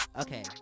Okay